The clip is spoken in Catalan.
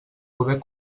poder